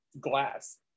glass